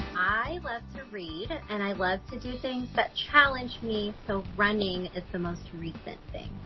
i love to read and i love to do things that challenge me so running is the most recent thing.